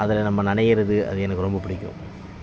அதில் நம்ம நனையிறது அது எனக்கு ரொம்ப பிடிக்கும்